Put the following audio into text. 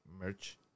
merch